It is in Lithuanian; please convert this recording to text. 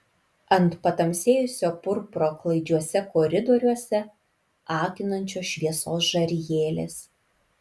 ant patamsėjusio purpuro klaidžiuose koridoriuose akinančios šviesos žarijėlės